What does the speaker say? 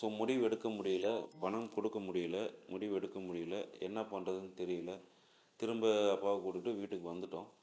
so முடிவு எடுக்க முடியல பணம் கொடுக்க முடியல முடிவு எடுக்க முடியல என்ன பண்ணுறதுன்னு தெரியல திரும்ப அப்பாவை கூப்பிட்டுக்கிட்டு வீட்டுக்கு வந்துட்டோம்